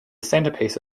centerpiece